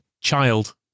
child